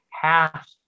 half